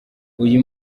uyu